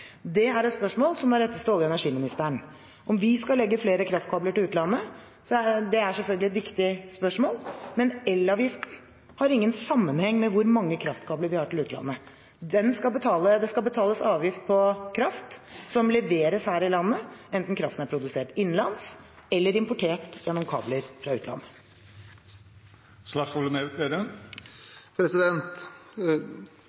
Det er et spørsmål som må rettes til olje- og energiministeren. Om vi skal legge flere kraftkabler til utlandet, er selvfølgelig et viktig spørsmål, men elavgiften har ingen sammenheng med hvor mange kraftkabler vi har til utlandet. Det skal betales avgift på kraft som leveres her i landet, enten kraften er produsert innenlands eller importert gjennom kabler fra